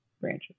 Branches